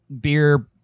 Beer